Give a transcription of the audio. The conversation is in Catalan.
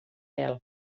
pèl